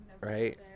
Right